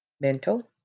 mental